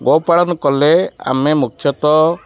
ଗୋପାଳନ କଲେ ଆମେ ମୁଖ୍ୟତଃ